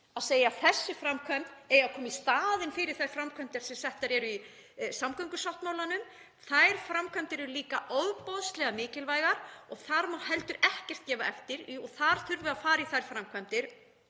þessi framkvæmd eigi að koma í staðinn fyrir þær framkvæmdir sem eru í samgöngusáttmálanum. Þær framkvæmdir eru líka ofboðslega mikilvægar og þar má heldur ekkert gefa eftir. Við þurfum að fara í þær framkvæmdir